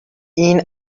این